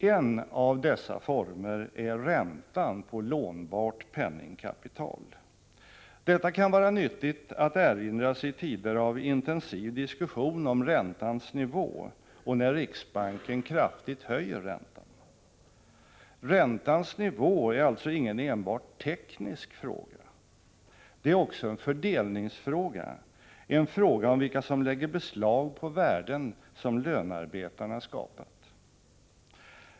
En av dessa former är räntan på lånbart penningkapital. Detta kan vara nyttigt att erinra sig i tider av intensiv diskussion om räntans nivå och när riksbanken kraftigt höjer räntan. Räntans nivå är alltså ingen enbart teknisk fråga. Det är också en fördelningsfråga, en fråga om vilka som lägger beslag på värden som lönarbetarna skapat.